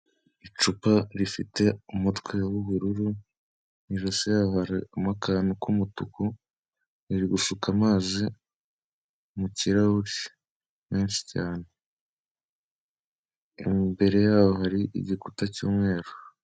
Icupa rifite umutwe w'ubururu mu ijosi yaho harimo akantu k'umutuku, riri gusuka amazi mu kirahure menshi cyane, imbere yaho hari igikuta cy'umweru.